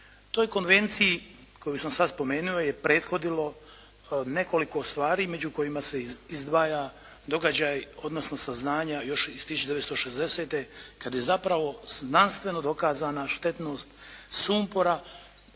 Toj konvenciji koju sam sad spomenuo je prethodilo nekoliko stvari među kojima se izdvaja događaj odnosno saznanja još iz 1960. kad je zapravo znanstveno dokazana štetnost sumpora